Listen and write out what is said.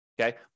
Okay